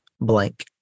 blank